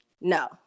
no